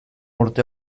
urte